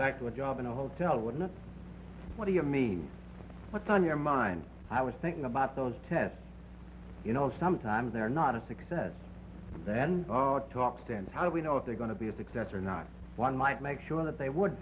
back to a job in a hotel would not want to give me what's on your mind i was thinking about those tests you know sometimes they're not a success then talk stands how do we know if they're going to be a success or not one might make sure that they would